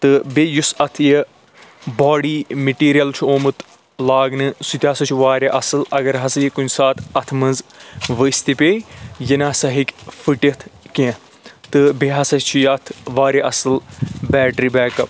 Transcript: تہٕ بیٚیہِ یُس اَتھ یہِ بواڈی میٚٹیٖریَل چھُ ٲمُت لاگنہٕ سُہ تہِ ہسا چھُ واریاہ اصٕل اگر ہسا یہِ کُنہِ ساتہٕ اَتھ منٛز ؤسۍ تہِ پیٚیہِ یہِ نہ سا ہیٚکہِ پھٕٹِتھ کیٚنٛہہ تہٕ بیٚیہِ ہسا چھُ یہِ اَتھ واریاہ اصٕل بیٹری بیک اَپ